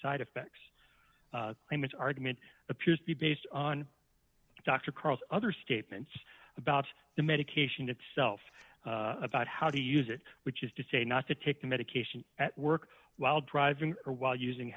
side effects limits argument appears to be based on dr cross other statements about the medication itself about how to use it which is to say not to take the medication at work while driving or while using